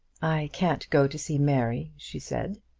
i can't go to see mary, she said,